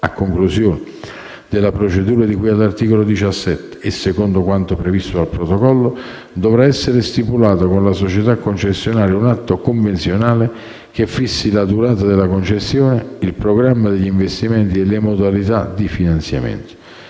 A conclusione della procedura di cui all'articolo 17 e secondo quanto previsto dal protocollo, dovrà essere stipulato con la società concessionaria un atto convenzionale che fissi la durata della concessione, il programma degli investimenti e le modalità di finanziamento.